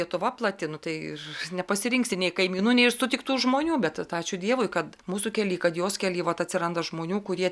lietuva plati nu tai nepasirinksi nei kaimynų nei sutiktų žmonių bet ačiū dievui kad mūsų kelyje kad jos kelyje vat atsiranda žmonių kurie